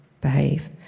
behave